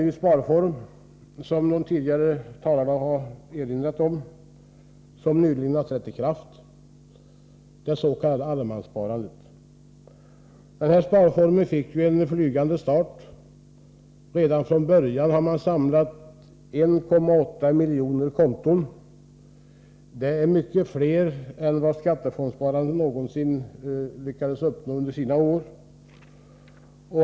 Vi har, som de tidigare talarna har erinrat om, fått en ny sparform, som nyligen har trätt i kraft — dets.k. allemanssparandet. Denna sparform fick en flygande start. Redan från början samlade den 1,8 miljoner konton. Det är mycket fler än vad skattefondssparandet någonsin uppnådde under sina år.